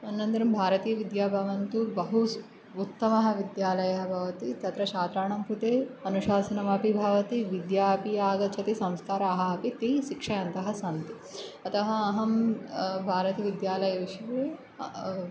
अनन्तरं भारतीविद्याभवन् तु बहु उत्तमः विद्यालयः भवति तत्र छात्राणां कृते अनुशासनमपि भवति विद्या अपि आगच्छति संस्काराः अपीति शिक्षयन्तः सन्ति अतः अहं भारतीविद्यालयेषु